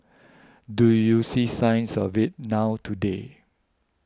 do you see signs of it now today